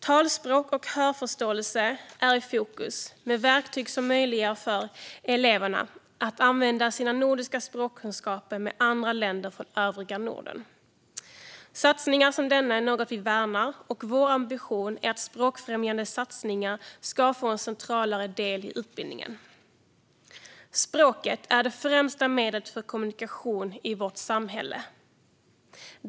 Talspråk och hörförståelse är i fokus, med verktyg som möjliggör för eleverna att använda sina nordiska språkkunskaper med andra elever från övriga Norden. Satsningar som denna är något vi värnar, och vår ambition är att språkfrämjande satsningar ska bli en centralare del i utbildningen. Språket är det främsta medlet för kommunikation i vårt samhälle.